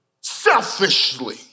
selfishly